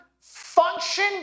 function